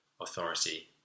authority